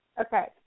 Okay